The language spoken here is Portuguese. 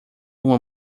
uma